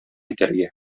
итәргә